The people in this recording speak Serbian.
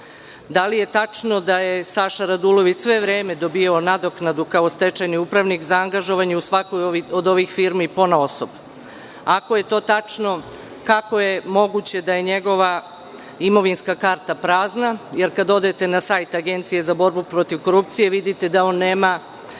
Da li je tačno da je Saša Radulović sve vreme dobio nadoknadu kao stečajni upravnik za angažovanje u svakoj od ovih firmi ponaosob? Ako je to tačno, kako je moguće da je njegova imovinska karta prazna, jer kada odete na sajt Agencije za borbu protiv korupcije vidite da on nema